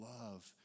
love